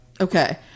Okay